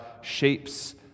shapes